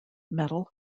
metal